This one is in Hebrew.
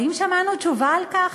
האם שמענו תשובה על כך?